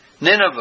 Nineveh